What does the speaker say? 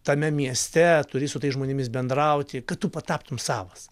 tame mieste turi su tais žmonėmis bendrauti kad tu taptum savas